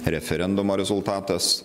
referendumo rezultatas